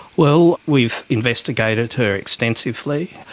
well, we've investigated her extensively.